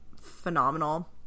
Phenomenal